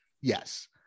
Yes